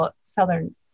Southern